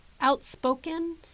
outspoken